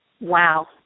Wow